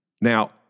Now